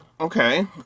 Okay